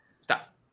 Stop